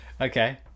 Okay